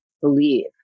believe